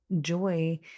joy